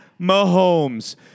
Mahomes